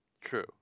True